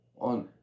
on